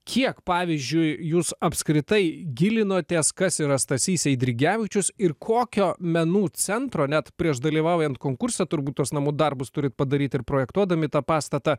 kiek pavyzdžiui jūs apskritai gilinotės kas yra stasys eidrigevičius ir kokio menų centro net prieš dalyvaujant konkurse turbūt tos namų darbus turit padaryt ir projektuodami tą pastatą